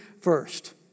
first